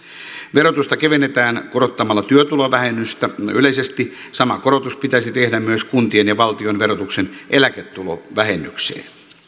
verotusta kevennetään korottamalla työtulovähennystä yleisesti sama korotus pitäisi tehdä myös kuntien ja valtionverotuksen eläketulovähennykseen